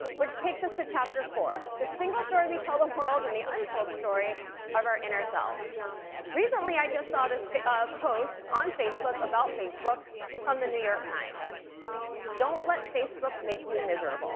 which takes us to chapter four the single story we tell the world and the untold story of our inner selves recently i just saw this post on facebook about facebook from the new york times don't let facebook make you miserable